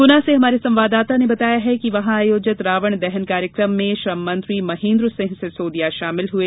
गुना से हमारे संवाददाता ने बताया है कि वहां आयोजित रावण दहन कार्यक्रम में श्रममंत्री महेन्द्र सिंह सिसोदिया शामिल हुए